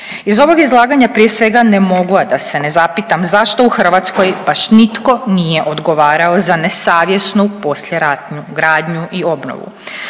Iz ovog izlaganja prije svega ne mogu a da se ne zapitam zašto u Hrvatskoj baš nitko nije odgovarao za nesavjesnu poslijeratnu gradnju i obnovu,